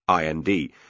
IND